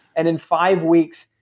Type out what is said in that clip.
and in five weeks,